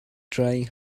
trying